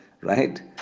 right